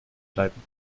bleiben